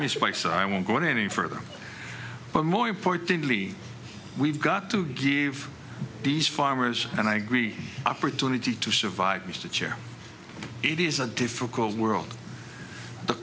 least by so i won't go any further but more importantly we've got to give these farmers and i agree opportunity to survive mr chair it is a difficult world t